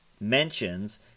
mentions